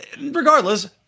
regardless